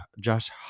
Josh